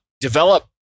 develop